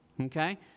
Okay